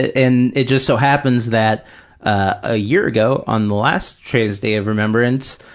and it just so happens that a year ago, on the last trans day of remembrance,